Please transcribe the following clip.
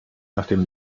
nachdem